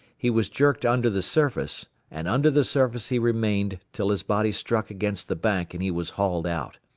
he was jerked under the surface, and under the surface he remained till his body struck against the bank and he was hauled out.